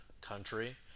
country